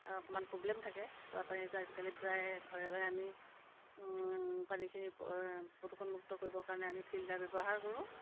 অকণমান প্ৰব্লেম থাকে খোৱাোপানীটো আজিকালি প্ৰায় ঘৰে ঘৰে আমি পানীখিনি প্ৰদূষণমুক্ত কৰিবৰ কাৰণে আমি ফিল্টাৰ ব্যৱহাৰ কৰোঁ